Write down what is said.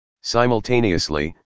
Simultaneously